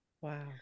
Wow